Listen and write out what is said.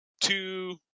two